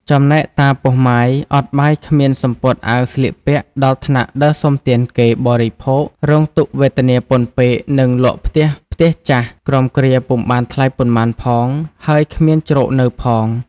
ចំណែកតាពោះម៉ាយ អត់បាយគ្មានសំពត់អាវស្លៀកពាក់ដល់ថ្នាក់ដើរសុំទានគេ បរិភោគ រងទុក្ខវេទនាពន់ពេកនឹងលក់ផ្ទះៗចាស់គ្រាំគ្រាពុំបានថ្លៃប៉ុន្មានផង ហើយគ្មានជ្រកនៅផង ។